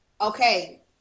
Okay